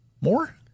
More